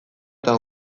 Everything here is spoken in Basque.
eta